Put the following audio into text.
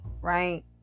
right